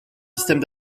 systèmes